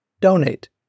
donate